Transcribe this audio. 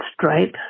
stripe